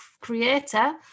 creator